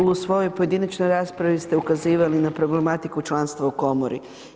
U svojoj pojedinačnoj raspravi ste ukazivali na problematiku članstva u komori.